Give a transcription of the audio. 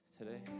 today